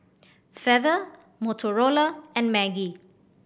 Feather Motorola and Maggi